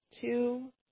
two